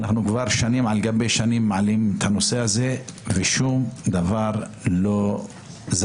כבר שנים על גבי שנים אנחנו מעלים את הנושא הזה ושום דבר לא זז.